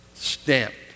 Stamped